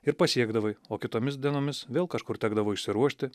ir pasiekdavai o kitomis dienomis vėl kažkur tekdavo išsiruošti